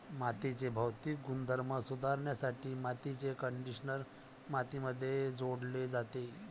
मातीचे भौतिक गुणधर्म सुधारण्यासाठी मातीचे कंडिशनर मातीमध्ये जोडले जाते